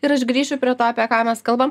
ir aš grįšiu prie to apie ką mes kalbam